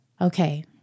Okay